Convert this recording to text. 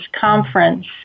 Conference